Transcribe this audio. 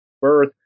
birth